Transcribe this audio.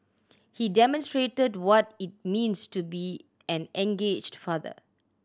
he demonstrated what it means to be an engaged father